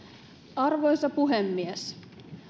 arvoisa puhemies